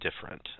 different